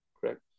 Correct